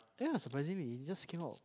ya surprisingly it just came out